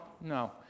no